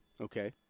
Okay